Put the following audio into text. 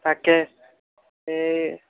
তাকে এই